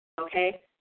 Okay